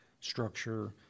structure